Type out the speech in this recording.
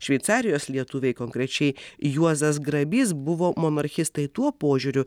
šveicarijos lietuviai konkrečiai juozas grabys buvo monarchistai tuo požiūriu